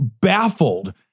baffled